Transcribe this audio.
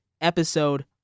Episode